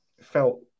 felt